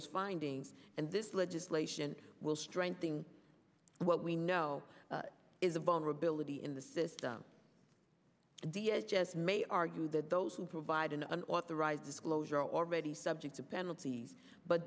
is finding and this legislation will strengthen what we know is a vulnerability in the system the it just may argue that those who provide an unauthorized disclosure already subject to penalties but